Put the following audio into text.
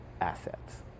assets